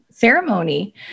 ceremony